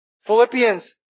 Philippians